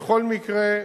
בכל מקרה,